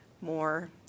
more